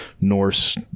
norse